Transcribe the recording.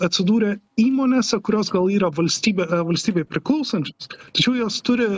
atsidūrė įmonėse kurios gal yra valstybė valstybei priklausančios tačiau jos turi